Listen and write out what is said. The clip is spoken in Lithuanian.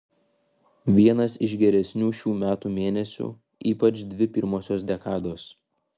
vienas iš geresnių šių metų mėnesių ypač dvi pirmosios dekados